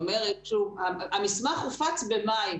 המסמך הופץ במאי.